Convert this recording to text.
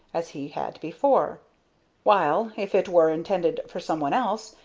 as he had before while, if it were intended for some one else,